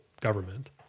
government